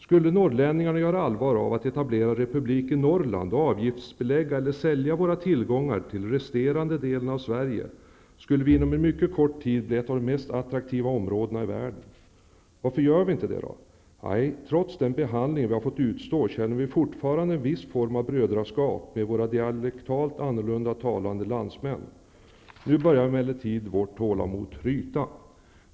Skulle norrlänningarna göra allvar av att etablera republiken Norrland och avgiftsbelägga eller sälja våra tillgångar till resterande delen av Sverige, skulle vi inom en mycket kort tid bli ett av de mest attraktiva områdena i världen. Varför gör vi det inte då? Nej, trots den behandling vi har fått utstå känner vi fortfarande en viss form av brödraskap med våra dialektalt annorlunda landsmän. Nu börjar emellertid vårt tålamod tryta.